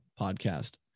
podcast